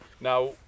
Now